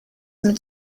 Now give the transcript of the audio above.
mit